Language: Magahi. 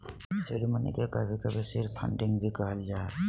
सीड मनी के कभी कभी सीड फंडिंग भी कहल जा हय